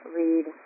read